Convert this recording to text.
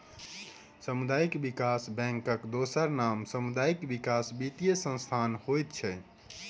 सामुदायिक विकास बैंकक दोसर नाम सामुदायिक विकास वित्तीय संस्थान होइत छै